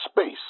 space